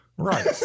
Right